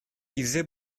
bize